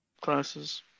Classes